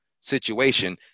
situation